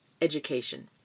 education